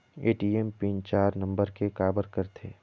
ATM pin चार number के काबर करथे?